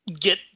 get